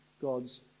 God's